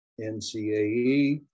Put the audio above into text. NCAE